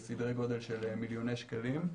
בסדרי גודל של מיליוני שקלים.